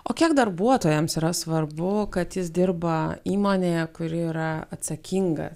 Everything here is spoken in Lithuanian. o kiek darbuotojams yra svarbu kad jis dirba įmonėje kuri yra atsakinga